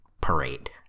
parade